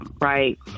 right